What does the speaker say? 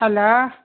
hello